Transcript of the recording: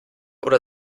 oder